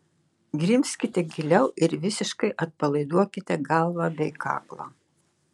grimzkite giliau ir visiškai atpalaiduokite galvą bei kaklą